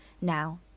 Now